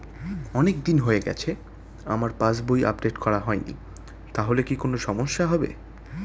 অনেকদিন হয়ে গেছে আমার পাস বই আপডেট করা হয়নি তাহলে কি কোন সমস্যা হবে?